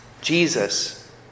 Jesus